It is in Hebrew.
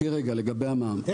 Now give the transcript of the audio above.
חכה רגע, לגבי המע"מ.